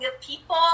people